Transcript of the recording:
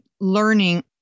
learning